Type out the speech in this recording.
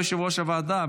ולא יושב-ראש הוועדה,